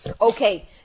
Okay